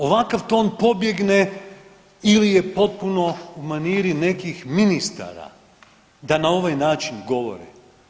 Ovakav ton pobjegne ili je potpuno u maniri nekih ministara da na ovaj način govore.